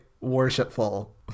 worshipful